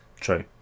true